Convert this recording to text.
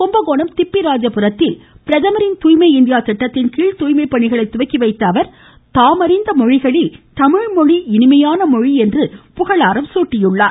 கும்பகோணம் திப்பிராஜபுரத்தில் பிரதமரின் துாய்மை இந்தியா திட்டத்தின்கீழ் தூய்மை பணிகளை துவக்கி வைத்த அவர் தாமறிந்த மொழிகளில் தமிழ்மொழி இனிமையான மொழி என்று புகழாரம் சூட்டினார்